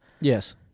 yes